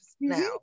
Now